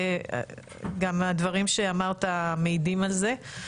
וגם הדברים שאמרת מעידים על זה.